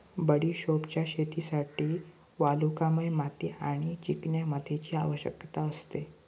बडिशोपच्या शेतीसाठी वालुकामय माती आणि चिकन्या मातीची आवश्यकता असते